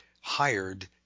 hired